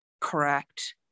Correct